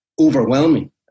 overwhelming